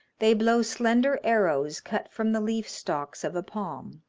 they blow slender arrows cut from the leaf-stalks of a palm.